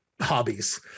hobbies